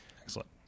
Excellent